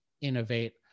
innovate